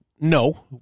no